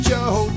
Joe